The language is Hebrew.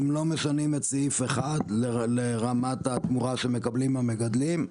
אם לא משנים את סעיף 1 לרמת התמורה שמקבלים המגדלים,